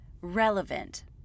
relevant